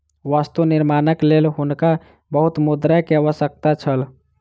वस्तु निर्माणक लेल हुनका बहुत मुद्रा के आवश्यकता छल